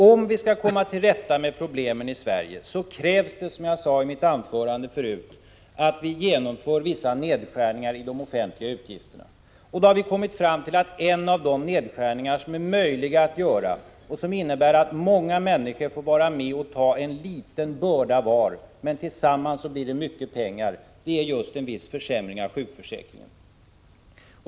Om vi skall komma till rätta med problemen i Sverige så krävs det, som jag sade i mitt tidigare anförande, att vi genomför vissa nedskärningar i de offentliga utgifterna. Då har vi kommit fram till att en av de nedskärningar som är möjliga att göra, och som innebär att många människor får vara med | och ta en liten börda var och en — men som sammanlagt blir mycket pengar — är just en viss försämring av sjukförsäkringen.